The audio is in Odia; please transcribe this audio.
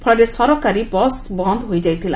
ଫଳରେ ସରକାରୀ ବସ୍ ବନ୍ଦ ହୋଇଯାଇଥିଲା